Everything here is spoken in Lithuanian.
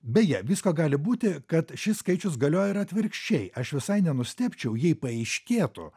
beje visko gali būti kad šis skaičius galioja ir atvirkščiai aš visai nenustebčiau jei paaiškėtų